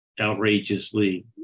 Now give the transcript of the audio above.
outrageously